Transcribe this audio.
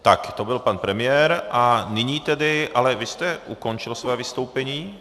Tak to byl pan premiér a nyní ale vy jste ukončil svoje vystoupení.